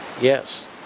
Yes